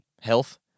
Health